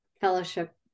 fellowship